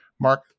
Mark